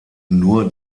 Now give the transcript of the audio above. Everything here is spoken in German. nur